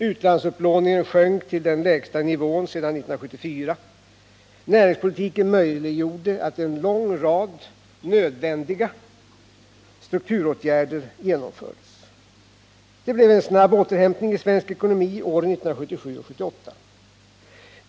Utlandsupplåningen sjönk till den lägsta nivån sedan 1974. Näringspolitiken möjliggjorde att en lång rad nödvändiga strukturåtgärder kunde genomföras. Det blev en snabb återhämtning i svensk ekonomi åren 1977 och 1978.